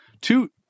two